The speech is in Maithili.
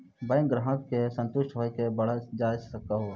बैंक ग्राहक के संतुष्ट होयिल के बढ़ जायल कहो?